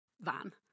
van